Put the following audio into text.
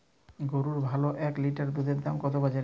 গরুর ভালো এক লিটার দুধের দাম কত বাজারে?